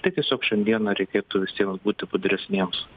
tai tiesiog šiandieną reikėtų visiems būti budresniems